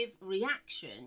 reaction